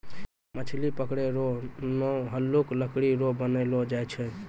मछली पकड़ै रो नांव हल्लुक लकड़ी रो बनैलो जाय छै